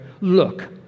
look